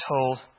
told